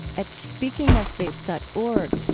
at speakingoffaith dot org,